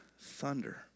thunder